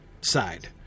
side